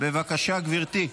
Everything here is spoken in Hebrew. בבקשה, גברתי.